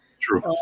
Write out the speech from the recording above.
True